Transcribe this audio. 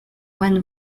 when